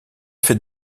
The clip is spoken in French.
fait